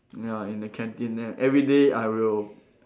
ya in the canteen then everyday I will